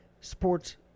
sports